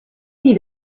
see